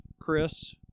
Chris